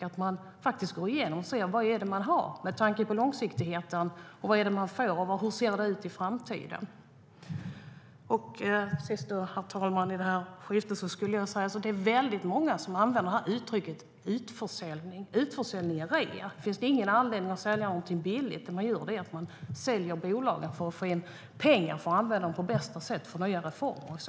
Med tanke på långsiktighet är det bra att gå igenom vad man har, vad man får och hur det ser ut i framtiden.